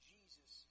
Jesus